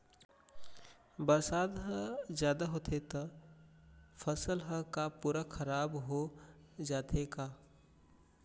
बरसात ह जादा होथे त फसल ह का पूरा खराब हो जाथे का?